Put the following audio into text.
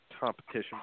competition